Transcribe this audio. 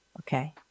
Okay